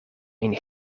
een